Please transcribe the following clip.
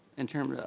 in terms, yeah